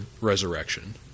resurrection